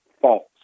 false